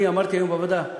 אני אמרתי היום בוועדה,